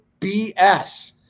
BS